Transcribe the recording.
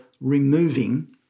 removing